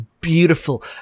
beautiful